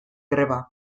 greba